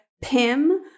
Pim